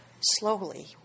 slowly